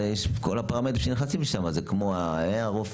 זה כל הפרמטרים שנכנסים לשם: הרופאים,